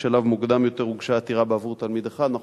ובשלב מוקדם יותר הוגשה עתירה בעבור תלמיד אחד.